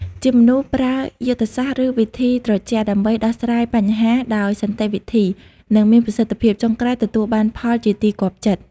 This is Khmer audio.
ជាមនុស្សប្រើយុទ្ធសាស្រ្តឬវិធីត្រជាក់ដើម្បីដោះស្រាយបញ្ហាដោយសន្តិវិធី និងមានប្រសិទ្ធភាព ចុងក្រោយទទួលបានផលជាទីគាប់ចិត្ត ។